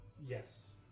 Yes